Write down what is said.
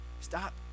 Stop